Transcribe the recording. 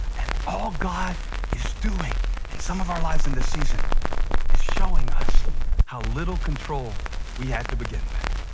and all god is doing in some of our lives in this season is showing us how little control we had to begin with.